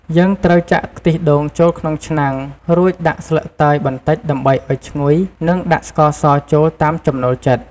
យើងត្រូវចាក់ខ្ទិះដូងចូលក្នុងឆ្នាំង រួចដាក់ស្លឹកតើយបន្តិចដើម្បីឱ្យឈ្ងុយ និងដាក់ស្ករសចូលតាមចំណូលចិត្ត។